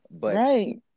Right